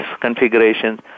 configurations